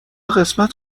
قسمت